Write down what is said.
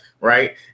right